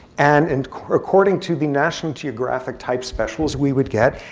and and according to the national geographic type specials we would get,